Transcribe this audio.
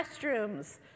restrooms